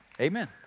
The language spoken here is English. Amen